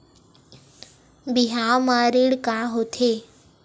बिहाव म ऋण का होथे?